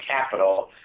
capital